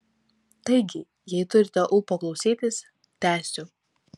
taigi jei turite ūpo klausytis tęsiu